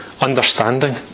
understanding